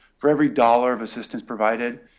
for every dollar of assistance provided,